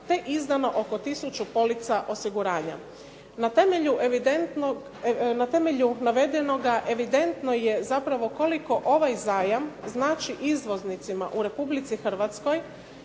te izdano oko tisuću polica osiguranja. Na temelju navedenoga evidentno je zapravo koliko ovaj zajam znači izvoznicima u Republici Hrvatskoj